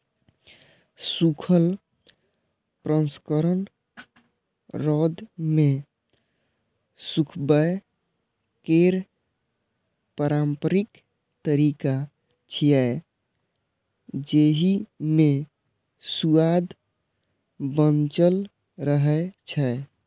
सूखल प्रसंस्करण रौद मे सुखाबै केर पारंपरिक तरीका छियै, जेइ मे सुआद बांचल रहै छै